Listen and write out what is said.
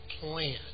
plan